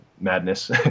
madness